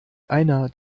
einer